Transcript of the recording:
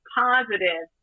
positive